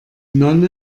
nonne